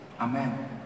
Amen